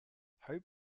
hope